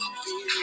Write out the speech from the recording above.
feel